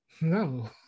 No